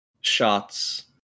shots